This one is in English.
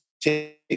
take